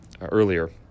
earlier